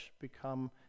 become